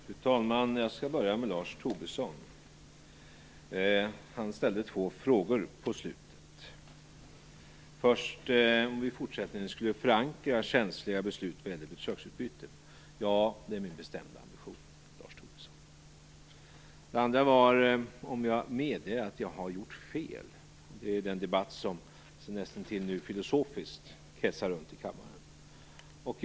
Fru talman! Jag skall börja med att vända mig till Lars Tobisson. Han ställde två frågor i slutet av sitt anförande. Den första var om vi i fortsättningen skulle förankra känsliga beslut vad gäller besöksutbyte. Ja, det är min bestämda ambition, Lars Tobisson. Den andra frågan var om jag medger att jag har gjort fel - en debatt som näst intill filosofiskt nu kretsar runt i kammaren.